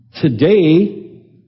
Today